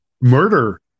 murder